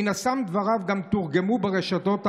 מן הסתם דבריו גם תורגמו ברשתות הערביות,